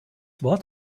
wort